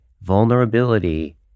vulnerability